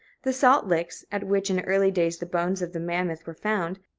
the salt-licks at which in early days the bones of the mammoth were found,